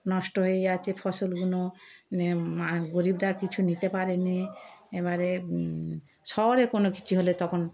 নষ্ট হয়ে যাচ্ছে ফসলগুলো গরীবরা কিছু নিতে পারেনি এবারে শহরে কোনো কিছু হলে তখন